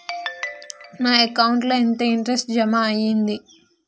నా అకౌంట్ ల ఎంత ఇంట్రెస్ట్ జమ అయ్యింది?